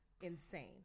insane